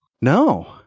No